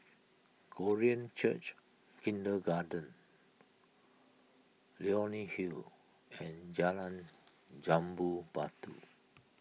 Korean Church Kindergarten Leonie Hill and Jalan Jambu Batu